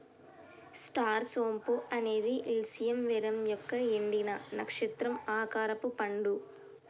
star సోంపు అనేది Illicium verum యొక్క ఎండిన, నక్షత్రం ఆకారపు పండు